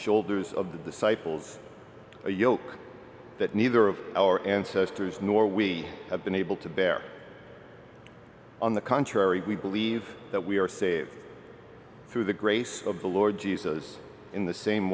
shoulders of the disciples a yoke that neither of our ancestors nor we have been able to bear on the contrary we believe that we are saved through the grace of the lord jesus in the same